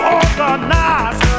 organize